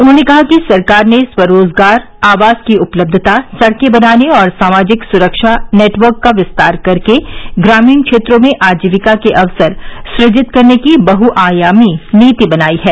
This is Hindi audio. उन्होंने कहा कि सरकार ने स्व रोजगार आवास की उपलब्यता सड़कें बनाने और सामाजिक सुरक्षा नेटवर्क का विस्तार कर के ग्रामीण क्षेत्रों में आजीविका के अवसर सुजित करने की बह्आयामी नीति बनाई है